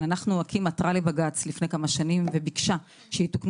אקי"ם עתרה לבג"ץ לפני כמה שנים וביקשה שיתקנו